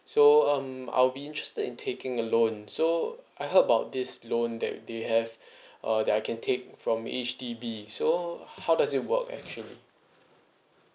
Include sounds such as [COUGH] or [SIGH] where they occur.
so um I'll be interested in taking a loan so I heard about this loan that they have [BREATH] uh that I can take from H_D_B so how does it work actually